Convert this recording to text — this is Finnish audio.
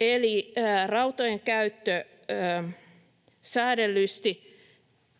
Eli rautojen käyttö säädellysti